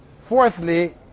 fourthly